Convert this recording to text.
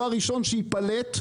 הוא הראשון שייפלט,